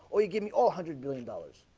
or you give me all hundred million dollars